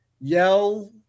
yell